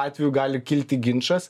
atveju gali kilti ginčas